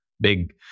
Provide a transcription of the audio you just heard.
big